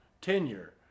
tenure